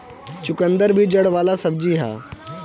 चुकंदर भी जड़ वाला सब्जी हअ